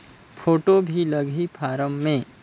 Photo भी लगी form मे?